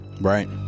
Right